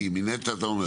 מנת"ע אתה אומר?